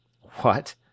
What